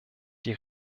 die